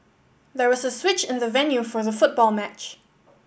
there was a switch in the venue for the football match